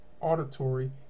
auditory